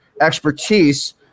expertise